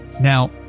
Now